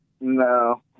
No